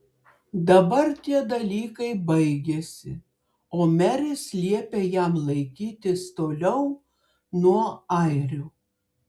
dabar tie dalykai baigėsi o meris liepė jam laikytis toliau nuo airių